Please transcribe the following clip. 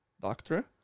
doctor